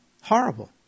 Horrible